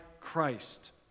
Christ